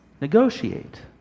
Negotiate